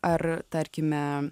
ar tarkime